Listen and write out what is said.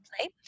play